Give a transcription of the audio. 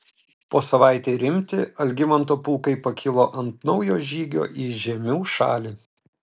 po savaitei rimti algimanto pulkai pakilo ant naujo žygio į žiemių šalį